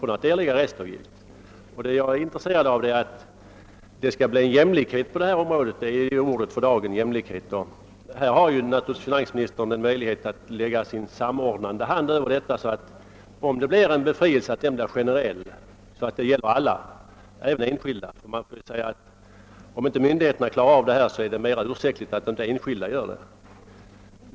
Vad jag önskar är att det skall bli jämlikhet på detta område — jämlikhet är ju ordet för dagen. Finansministern har naturligtvis möjlighet att lägga sin samordnande hand över detta, så att en eventuell befrielse blir generell och alltså kommer att gälla även enskilda. Man får ju säga att om inte myndigheterna klarar av denna terminsbetalning, så är det mera ursäktligt om inte de enskilda gör det.